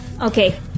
Okay